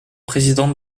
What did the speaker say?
président